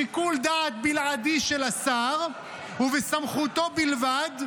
שיקול דעת בלעדי של השר ובסמכותו בלבד,